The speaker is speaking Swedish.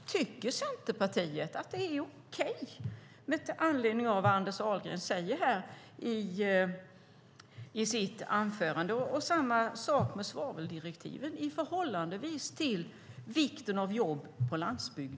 Med anledning av det Anders Ahlgren säger i sitt anförande undrar jag: Tycker Centerpartiet att det är okej? Samma sak gäller svaveldirektivet i förhållande till vikten av jobb på landsbygden.